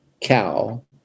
cow